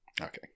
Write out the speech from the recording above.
Okay